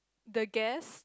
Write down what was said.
the Guest